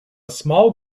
small